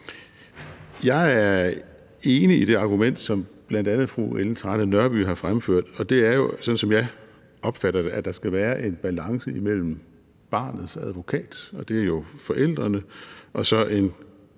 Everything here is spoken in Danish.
Jeg er enig i det argument, som bl.a. fru Ellen Trane Nørby har fremført, og det er, sådan som jeg opfatter det, at der skal være en balance imellem barnets advokat, og det er jo forældrene, og så en